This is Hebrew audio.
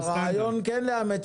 הרעיון הוא כן לאמץ